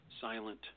silent